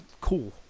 cool